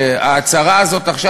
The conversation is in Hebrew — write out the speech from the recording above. ההצהרה הזאת עכשיו,